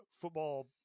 football